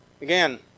Again